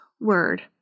word